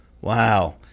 Wow